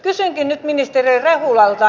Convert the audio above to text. kysynkin ministeri rehulalta